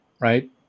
right